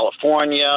California